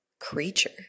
creature